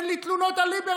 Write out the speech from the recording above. אין לי תלונות על ליברמן.